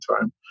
time